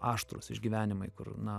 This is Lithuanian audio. aštrūs išgyvenimai kur na